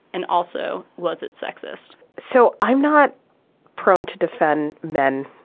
and also, was it sexist? so i'm not prone to defend men